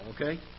okay